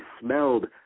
smelled